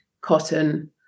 cotton